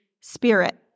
Spirit